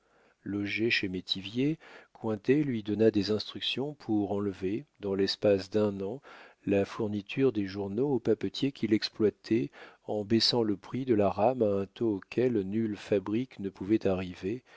chez métivier cointet lui donna des instructions pour enlever dans l'espace d'un an la fourniture des journaux aux papetiers qui l'exploitaient en baissant le prix de la rame à un taux auquel nulle fabrique ne pouvait arriver